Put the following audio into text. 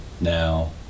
Now